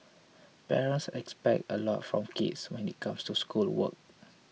parents expect a lot from kids when it comes to schoolwork